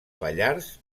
pallars